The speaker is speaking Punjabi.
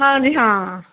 ਹਾਂਜੀ ਹਾਂ